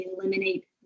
eliminate